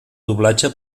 doblatge